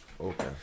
Okay